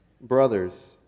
brothers